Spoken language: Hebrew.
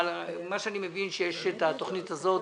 מה שאני מבין, שיש את התוכנית הזאת